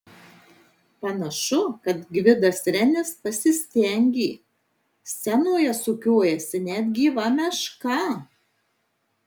panašu kad gvidas renis pasistengė scenoje sukiojasi net gyva meška